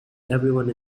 everyone